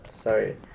Sorry